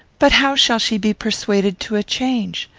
but how shall she be persuaded to a change?